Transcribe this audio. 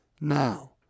Now